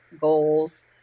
goals